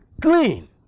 clean